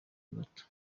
bato